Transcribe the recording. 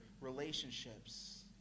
relationships